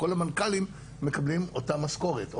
כל המנכ"לים מקבלים אותה משכורת.